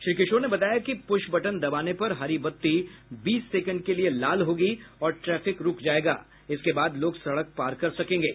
श्री किशोर ने बताया कि पुश बटन दबाने पर हरी बत्ती बीस सेकेंड के लिए लाल होगी और ट्रैफिक रूक जाएगा इसके बाद लोग सड़क पार कर सकेंगे